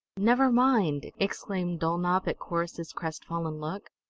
never mind! exclaimed dulnop at corrus's crestfallen look.